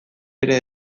ere